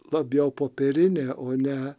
labiau popierinė o ne